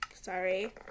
Sorry